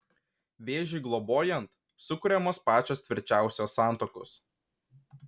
vėžiui globojant sukuriamos pačios tvirčiausios santuokos